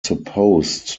supposed